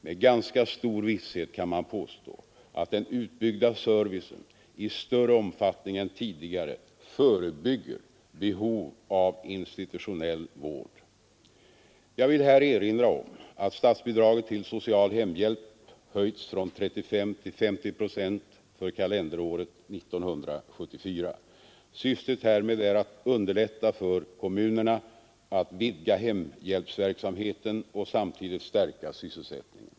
Med ganska stor visshet kan man påstå att den utbyggda servicen i större omfattning än tidigare förebygger behov av institutionell vård. Jag vill här erinra om att statsbidraget till social hemhjälp höjts från 35 till 50 procent för kalenderåret 1974. Syftet härmed är att underlätta för kommunerna att vidga hemhjälpsverksamheten och samtidigt stärka sysselsättningen.